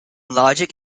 logic